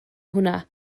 hwnna